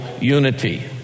unity